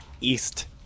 east